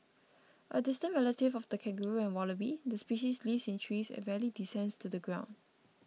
a distant relative of the kangaroo and wallaby the species lives in trees and rarely descends to the ground